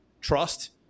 trust